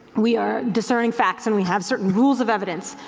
we are discerning facts and we have certain rules of evidence.